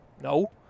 no